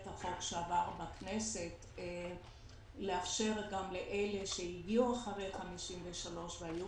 החוק שעבר בכנסת לאפשר גם לאלה שהגיעו אחרי 1953 והיו